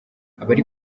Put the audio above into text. abari